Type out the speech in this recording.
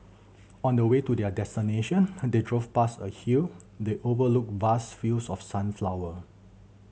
on the way to their destination they drove past a hill that overlooked vast fields of sunflower